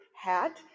hat